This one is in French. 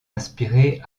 inspiré